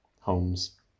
homes